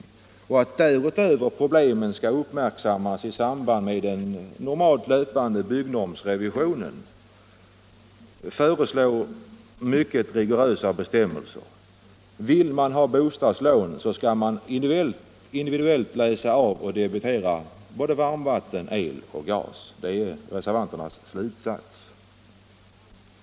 Därutöver önskar reservanterna att problemen skall uppmärksammas i samband med den löpande byggnormsrevisionen. Ändå föreslår de mycket rigorösa bestämmelser som kan sammanfattas så här: Vill man ha bostadslån skall man individuellt läsa av och debitera såväl varmvatten som el och gas. Det är reservanternas slutsats.